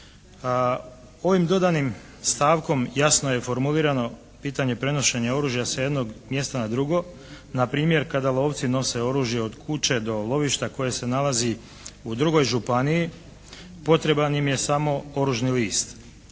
Ovim dodanim stavkom jasno je formulirano pitanje prenošenja oružja sa jednog mjesta na drugo, npr. kada lovci nose oružje od kuće do lovišta koje se nalazi u drugoj županiji potreban im je samo oružni list.